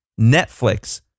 netflix